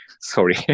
Sorry